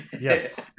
yes